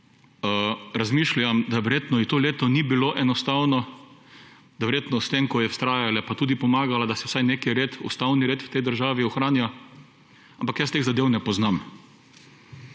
Razmišljam, da ji verjetno to leto ni bilo enostavno, da verjetno s tem, ko je vztrajala pa tudi pomagala, da se vsaj neki ustavni red v tej državi ohranja, ampak jaz teh zadev ne poznam